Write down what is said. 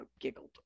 giggled